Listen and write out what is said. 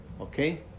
okay